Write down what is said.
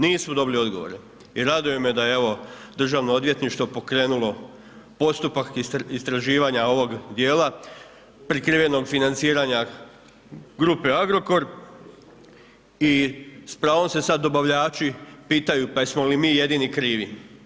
Nismo dobili odgovore i raduje me da je evo Državno odvjetništvo pokrenulo postupak istraživanja ovog djela prikrivenog financiranja grupe Agrokor i sa pravom se sad dobavljači pitaju pa jesmo li mi jedini krivi.